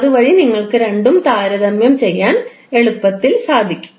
അതുവഴി നിങ്ങൾക്ക് രണ്ടും താരതമ്യം ചെയ്യാൻ എളുപ്പത്തിൽ സാധിക്കും